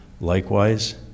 Likewise